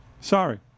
Sorry